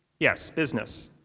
yes, business.